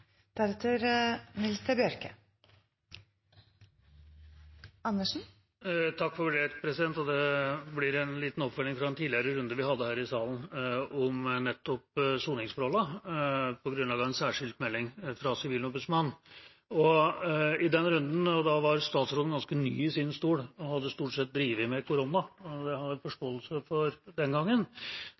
blir en liten oppfølging fra en tidligere runde vi hadde her i salen om nettopp soningsforholdene, på grunnlag av en særskilt melding fra Sivilombudsmannen. I den runden var statsråden ganske ny i sin stol og hadde den gangen stort sett drevet med korona, og det har jeg forståelse for,